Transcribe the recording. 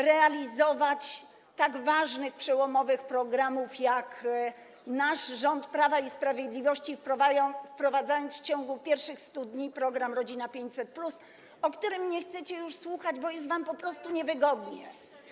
realizować tak ważnych przełomowych programów, jak nasz rząd Prawa i Sprawiedliwości, wprowadzając w ciągu pierwszych 100 dni program „Rodzina 500+”, o którym nie chcecie już słuchać, bo jest wam po prostu niewygodnie.